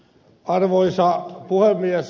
arvoisa puhemies